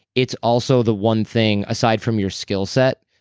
it's also the one thing, aside from your skillset,